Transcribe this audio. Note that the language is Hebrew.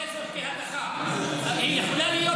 אני רואה זאת כהדחה --- זה נקרא הדחה.